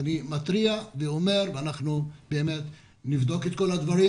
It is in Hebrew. אני מתריע ואומר, ואנחנו נבדוק את כל הדברים,